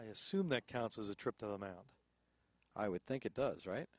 i assume that counts as a trip to the mound i would think it does right